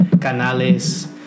Canales